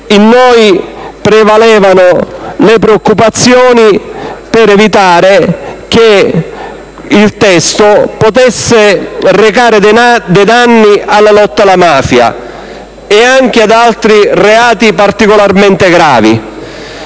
In noi prevalevano le preoccupazioni che il testo potesse recare dei danni alla lotta alla mafia e anche ad altri reati particolarmente gravi.